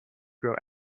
grow